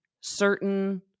certain